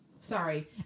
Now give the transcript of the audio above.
sorry